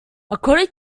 according